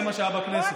זה מה שהיה בכנסת.